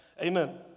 Amen